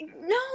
No